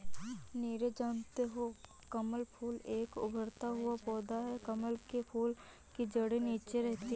नीरज जानते हो कमल फूल एक उभरता हुआ पौधा है कमल के फूल की जड़े नीचे रहती है